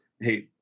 hey